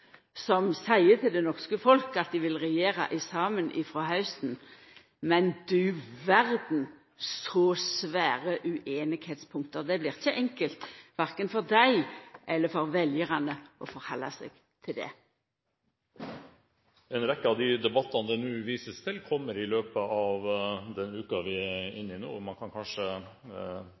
som seier til det norske folk at dei vil regjera saman frå hausten av, men du verden så store punkt med ueinigheit det er. Det blir ikkje enkelt – verken for dei eller for veljarane – å forhalda seg til det. En rekke av de debattene det nå vises til, kommer i løpet av den uka vi nå er inne i, og man kan kanskje